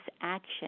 action